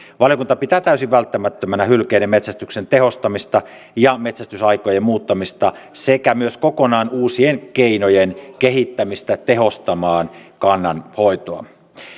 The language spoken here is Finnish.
valiokunta pitää täysin välttämättömänä hylkeiden metsästyksen tehostamista ja metsästysaikojen muuttamista sekä myös kokonaan uusien keinojen kehittämistä tehostamaan kannanhoitoa